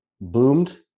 boomed